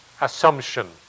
assumption